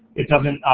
it doesn't,